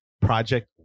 Project